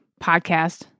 podcast